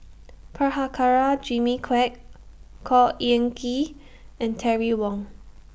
Prabhakara Jimmy Quek Khor Ean Ghee and Terry Wong